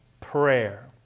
prayer